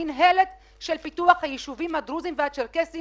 המינהלת של פיתוח הישובים הדרוזיים והצ'רקסיים